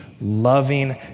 Loving